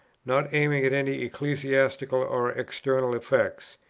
not aiming at any ecclesiastical or external effects.